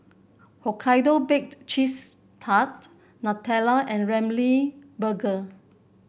Hokkaido Baked Cheese Tart Nutella and Ramly Burger